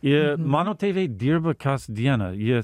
i mano tėvai dirbo kasdieną jie